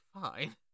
fine